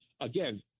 Again